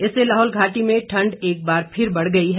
इससे लाहौल घाटी में ठंड एक बार फिर बढ़ गई है